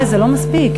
אבל זה לא מספיק,